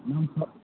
ꯎꯝ